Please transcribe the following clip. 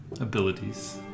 abilities